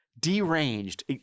Deranged